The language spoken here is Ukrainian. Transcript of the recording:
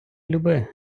люби